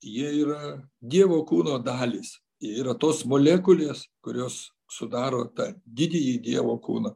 jie yra dievo kūno dalys jie yra tos molekulės kurios sudaro tą didįjį dievo kūną